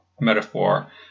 metaphor